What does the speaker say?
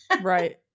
Right